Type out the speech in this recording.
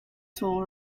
tool